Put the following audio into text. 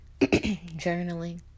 Journaling